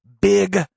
Big